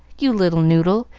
you little noodle,